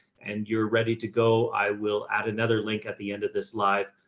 and you're ready to go, i will add another link at the end of this live,